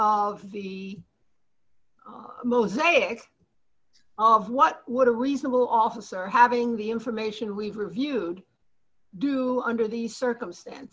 of the mosaic of what would a reasonable officer having the information we've reviewed do under the circumstances